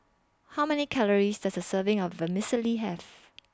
How Many Calories Does A Serving of Vermicelli Have